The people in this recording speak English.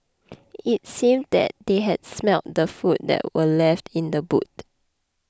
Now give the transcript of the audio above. it seemed that they had smelt the food that were left in the boot